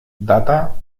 data